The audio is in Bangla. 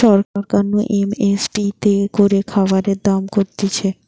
সরকার নু এম এস পি তে করে খাবারের দাম ঠিক করতিছে